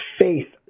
faith